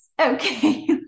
Okay